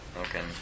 okay